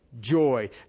Joy